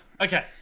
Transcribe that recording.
Okay